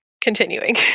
Continuing